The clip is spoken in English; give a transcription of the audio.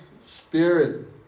spirit